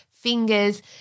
Fingers